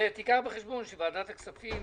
קח בחשבון שוועדת הכספים